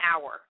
hour